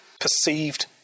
perceived